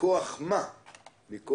מכוח מה הממשלה